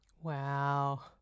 Wow